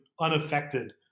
unaffected